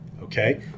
okay